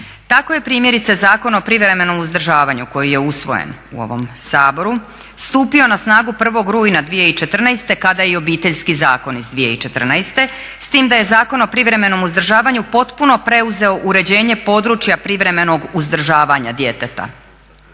Tako je primjerice Zakon o privremenom uzdržavanju koji je usvojen u ovom Saboru stupio na snagu 1. rujna 2014. kada i Obiteljski zakon iz 2014. s tim da je Zakon o privremenom uzdržavanju potpuno preuzeo uređenje područja privremenog uzdržavanja djeteta